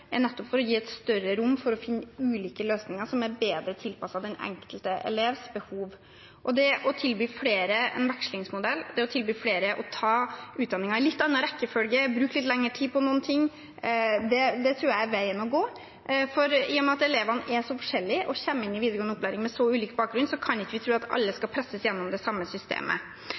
er nettopp for å gi et større rom for å finne ulike løsninger som er bedre tilpasset den enkelte elevs behov. Det å tilby flere en vekslingsmodell, det å tilby flere å ta utdanningen i en litt annen rekkefølge, bruke litt lengre tid på noen ting, tror jeg er veien å gå. I og med at elevene er så forskjellige og kommer inn i videregående opplæring med så ulik bakgrunn, kan vi ikke tro at alle skal presses gjennom det samme systemet.